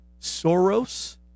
Soros